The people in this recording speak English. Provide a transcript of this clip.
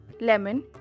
lemon